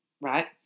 right